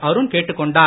Arun கேண்டுக்கொண்டார்